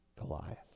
Goliath